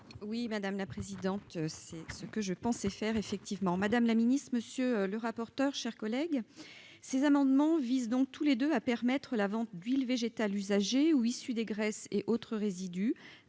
oui, madame la présidente, c'est ce que je pensais faire effectivement madame la ministre, monsieur le rapporteur, chers collègues, ces amendements visent donc tous les deux à permettre la vente d'huiles végétales usagées ou issus des graisses et autres résidus